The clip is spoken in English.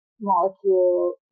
molecule